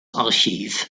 archiv